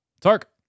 Tark